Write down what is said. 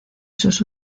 sus